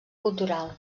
cultural